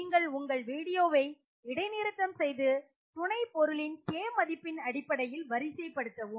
நீங்கள் உங்கள் வீடியோவை இடைநிறுத்தம் செய்து துணை பொருளை K மதிப்பின் அடிப்படையில் வரிசைப்படுத்தவும்